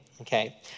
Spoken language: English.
okay